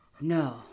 No